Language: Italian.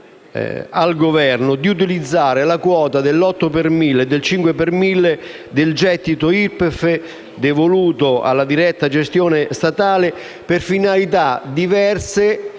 il Governo di utilizzare la quota dell'otto per mille e del cinque per mille del gettito IRPEF, devoluto alla diretta gestione statale, per finalità diverse